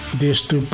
deste